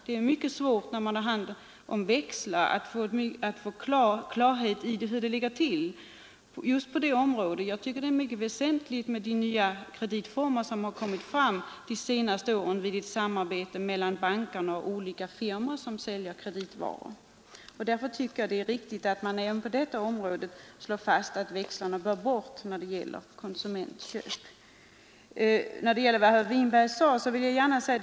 Det är mycket svårt vid användning av växlar att få klarhet i hur det ligger till med den saken. Nya kreditformer har under de senaste åren kommit fram i samarbete mellan banker och olika firmor som säljer varor på kredit, och jag tycker att man bör slå fast att växlar även på detta område bör tas bort vid konsumentköp.